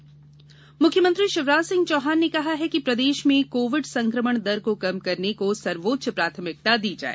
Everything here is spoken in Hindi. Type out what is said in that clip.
सीएम समीक्षा मुख्यमंत्री शिवराज सिंह चौहान ने कहा है कि प्रदेश में कोविड संक्रमण दर को कम करने को सर्वोच्च प्राथमिकता दी जाए